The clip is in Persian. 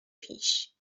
پیش